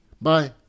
bye